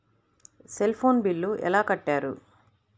Cell phone bill ఎలా కట్టారు?